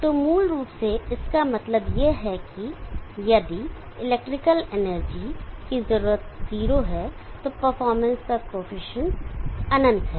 तो मूल रूप से इसका मतलब यह है कि यदि इलेक्ट्रिकल एनर्जी की जरूरत 0 है तो परफॉर्मेंस का कॉएफिशिएंट अनंत है